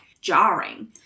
jarring